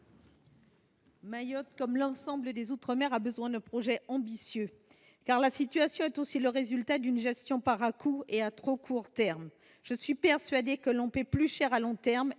Mayotte, comme l’ensemble des outre mer, a besoin d’un projet ambitieux, car la situation est aussi le résultat d’une gestion par à coups et à trop court terme. Je suis persuadée que l’on paie plus cher à long terme